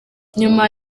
nyuma